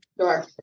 Sure